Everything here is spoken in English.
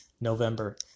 November